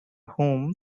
whom